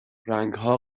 رنگها